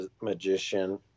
magician